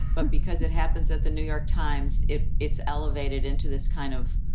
but because it happens at the new york times, it it's elevated into this kind of,